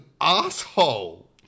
asshole